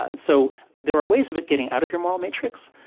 ah so there are ways of it getting out of your moral matrix,